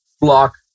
block